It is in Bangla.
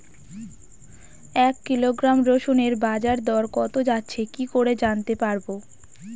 এক কিলোগ্রাম রসুনের বাজার দর কত যাচ্ছে কি করে জানতে পারবো?